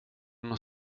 nog